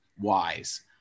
wise